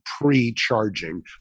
pre-charging